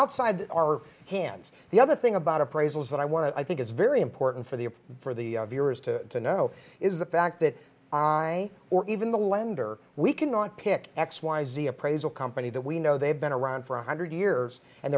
outside our hands the other thing about appraisals that i want to i think it's very important for the for the viewers to know is the fact that i or even the lender we cannot pick x y z appraisal company that we know they've been around for one hundred years and